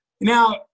Now